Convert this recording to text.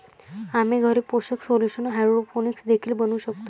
आम्ही घरी पोषक सोल्यूशन हायड्रोपोनिक्स देखील बनवू शकतो